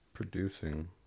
producing